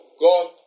God